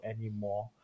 anymore